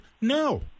No